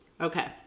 okay